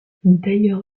d’ailleurs